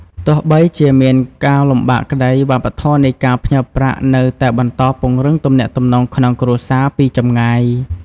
ទោះបីជាមានការលំបាកក្ដី វប្បធម៌នៃការផ្ញើប្រាក់នៅតែបន្តពង្រឹងទំនាក់ទំនងក្នងគ្រួសារពីចម្ងាយ។